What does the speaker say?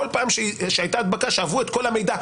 כל פעם שהייתה הדבקה שאבו את כל המידע,